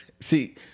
see